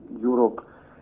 Europe